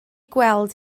gweld